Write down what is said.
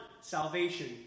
Salvation